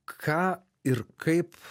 ką ir kaip